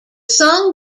song